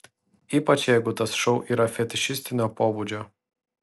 ypač jeigu tas šou yra fetišistinio pobūdžio